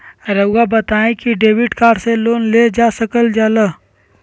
रहुआ बताइं कि डेबिट कार्ड से लोन ले सकल जाला?